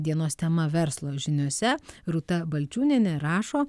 dienos tema verslo žiniose rūta balčiūnienė rašo